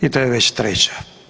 I to je već treća.